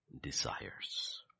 Desires